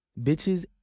bitches